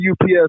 UPS